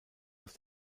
aus